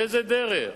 איזה דרך?